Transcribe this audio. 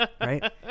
Right